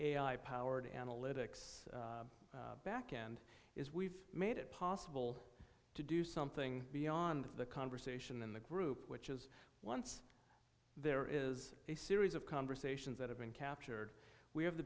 of powered analytics backend is we've made it possible to do something beyond the conversation in the group which is once there is a series of conversations that have been captured we have the